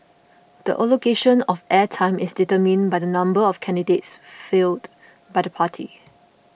the allocation of air time is determined by the number of candidates fielded by the party